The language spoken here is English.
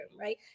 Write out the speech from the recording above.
Right